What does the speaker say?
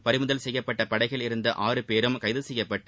பறிமுதல் செய்யப்பட்ட படகில் இருந்த ஆறு பேரும் கைது செய்யப்பட்டு